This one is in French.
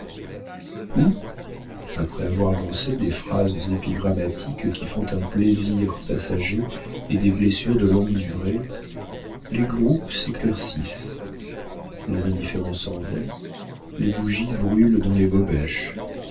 après avoir lancé des phrases épigrammatiques qui font un plaisir passager et des blessures de longue durée les groupes s'éclaircissent les indifférents s'en vont les bougies brûlent dans les bobèches